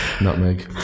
nutmeg